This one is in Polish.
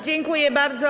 Dziękuję bardzo.